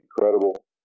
incredible